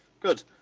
Good